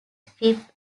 fifth